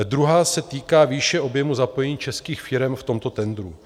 Druhá se týká výše objemu zapojení českých firem v tomto tendru.